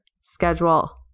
schedule